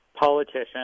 politician